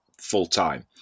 full-time